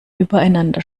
übereinander